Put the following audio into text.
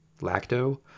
lacto